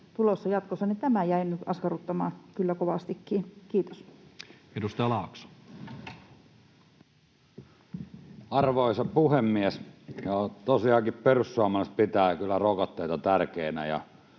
tulossa jatkossa? Tämä jäi nyt askarruttamaan kovastikin. — Kiitos. Edustaja Laakso. Arvoisa puhemies! Tosiaankin, perussuomalaiset pitävät kyllä rokotteita tärkeinä,